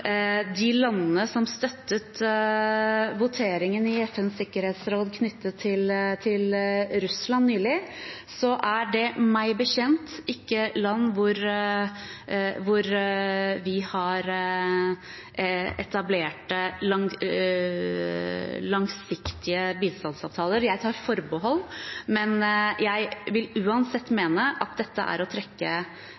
Russland nylig, er det meg bekjent ikke land hvor vi har etablert langsiktige bistandsavtaler. Det tar jeg forbehold om, men jeg vil uansett